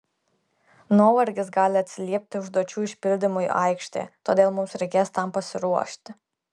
nuovargis gali atsiliepti užduočių išpildymui aikštėje todėl mums reikės tam pasiruošti